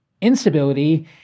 instability